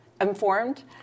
informed